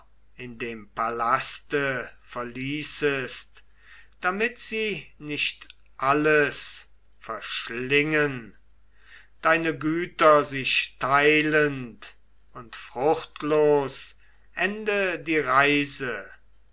in dem palaste verließest damit sie nicht alles verschlingen deine güter sich teilend und fruchtlos ende die reise